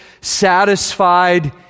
satisfied